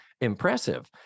impressive